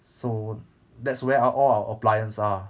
so that's where our all our appliance are